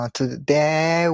Today